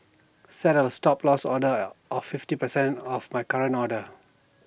set A Stop Loss order of fifty percent of my current order